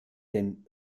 den